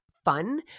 fun